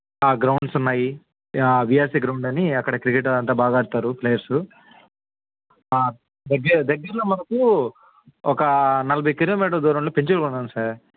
grounds ఉన్నాయి VRC ground అని అక్కడ క్రికెట్ అదంతా బాగా ఆడతారు ప్లేయర్సు దగ్గర దగ్గరలో మనకు ఒక నలభై కిలోమీటర్స్ దూరంలో పెంచలకోన ఉంది సార్